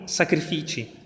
sacrifici